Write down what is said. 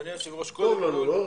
טוב לנו, לא?